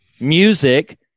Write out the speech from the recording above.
music